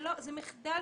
זה מחדל